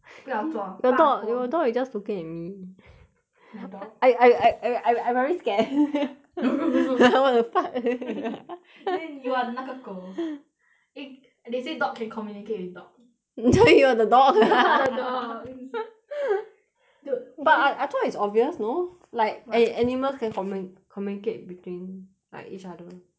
不要做大过 your dog your dog is just looking at me my dog I I I I I I very scared like what the fuck then you are 那个狗 eh they say dog can communicate with dog so you are the dog you are the dog dude but I I thought it's obvious no like a~ animals can commo~ communicate between like each other